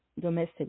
domestic